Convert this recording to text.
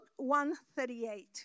1.38